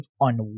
on